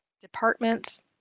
departments